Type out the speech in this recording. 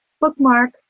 bookmark